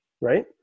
right